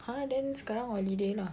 !huh! then sekarang holiday lah